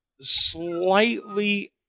slightly